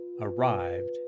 arrived